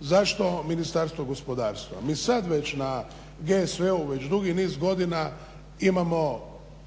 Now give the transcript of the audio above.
Zašto ministarstvo gospodarstva? Mi sad već na GSV-u već dugi niz godina imamo